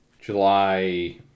July